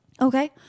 Okay